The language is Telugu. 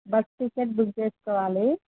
బస్ టిక్కెట్ బుక్ చేసుకోవాలి